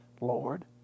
Lord